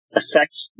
affects